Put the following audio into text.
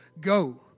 go